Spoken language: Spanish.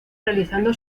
realizando